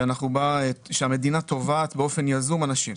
שבה המדינה תובעת באופן יזום אנשים.